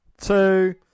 Two